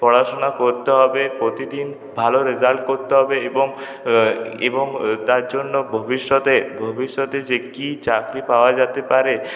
পড়াশুনা করতে হবে প্রতিদিন ভালো রেজাল্ট করতে হবে এবং এবং তারজন্য ভবিষ্যতে ভবিষ্যতে যে কী চাকরি পাওয়া যাতে পারে